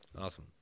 Awesome